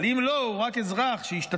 אבל אם לא, הוא רק אזרח שהשתתף